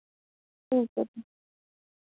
ठीक ऐ